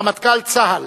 רמטכ"ל צה"ל,